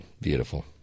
Beautiful